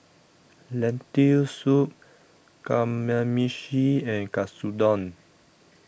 Lentil Soup Kamameshi and Katsudon